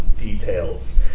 details